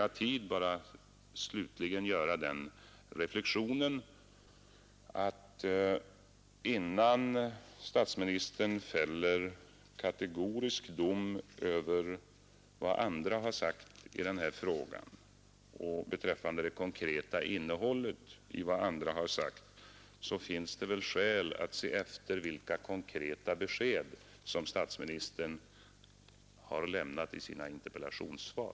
Jag vill endast slutligen göra den reflexionen att innan statsministern fäller kategorisk dom över vad andra har sagt och beträffande det konkreta innehållet i andras uttalanden i den här frågan finns det väl skäl att se efter vilka konkreta besked statsministern har lämnat i sina interpellationssvar.